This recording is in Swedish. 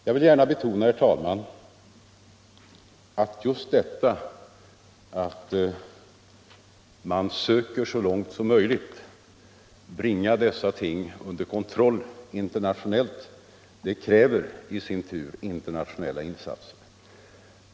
Jag vill gärna betona att just detta att man söker att så långt möjligt bringa dessa frågor under kontroll internationellt i sin tur kräver internationella insatser.